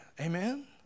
Amen